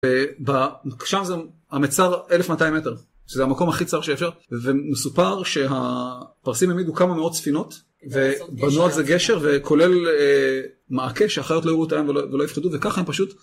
ושם זה המצר 1200 מטר, שזה המקום הכי קצר שאפשר, ומסופר שהפרסים העמידו כמה מאות ספינות ובנו את זה גשר, וכולל מעקה שהאחיות לא יראו את הים ולא יפחדו, וככה הם פשוט...